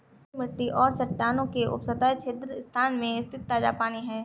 भूजल मिट्टी और चट्टानों के उपसतह छिद्र स्थान में स्थित ताजा पानी है